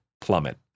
plummet